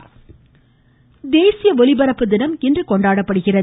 தேசிய ஒலிபரப்பு தினம் தேசிய ஒலிபரப்பு தினம் இன்று கொண்டாடப்படுகிறது